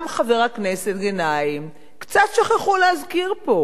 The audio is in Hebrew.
חבר הכנסת גנאים קצת שכחו להזכיר פה,